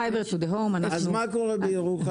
מה קורה בירוחם?